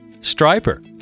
Striper